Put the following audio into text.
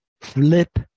flip